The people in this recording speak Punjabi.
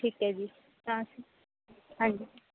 ਠੀਕ ਹੈ ਜੀ ਹਾਂ ਹਾਂਜੀ